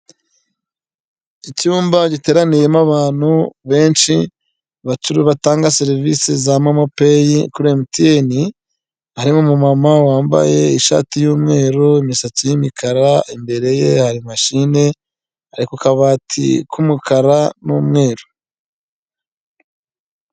Aba rero urabona ko bambaye amakarita ndetse n'imyenda, bisa n'aho hari inama bari bitabiriye yiga ku bibazo runaka biba byugarije abaturage cyangwa biba byugarije igihugu, biterwa n'ingingo nyamukuru ihari.